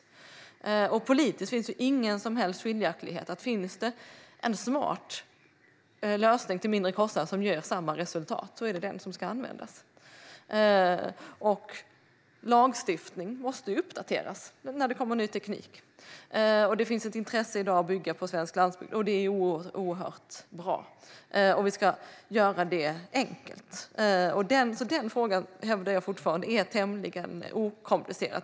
Politiskt finns det ingen som helst konflikt här. Om det finns en smart lösning till lägre kostnad som ger samma resultat är det den som ska användas. Lagstiftning måste uppdateras när det kommer ny teknik. Det finns i dag ett intresse för att bygga på svensk landsbygd. Detta är oerhört bra, och vi ska göra det enkelt. Jag hävdar fortfarande att denna fråga är tämligen okomplicerad.